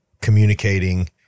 Communicating